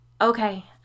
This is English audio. Okay